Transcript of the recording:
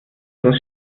das